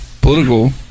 political